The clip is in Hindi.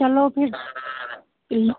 चलो फिर यही